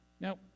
Now